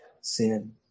sin